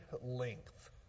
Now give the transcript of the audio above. length